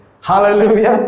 Hallelujah